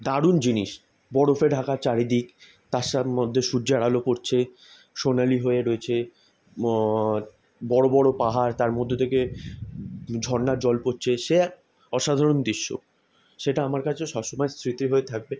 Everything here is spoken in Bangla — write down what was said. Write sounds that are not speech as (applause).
দারুণ জিনিস বরফে ঢাকা চারিদিক তার (unintelligible) মধ্যে সূর্যের আলো পড়ছে সোনালি হয়ে রয়েছে বড় বড় পাহাড় তার মধ্যে থেকে ঝরনার জল পড়ছে সে এক অসাধারণ দৃশ্য সেটা আমার কাছে সব সময় স্মৃতি হয়ে থাকবে